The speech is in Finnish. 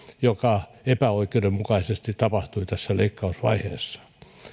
mikä epäoikeudenmukaisesti tapahtui tässä leikkausvaiheessa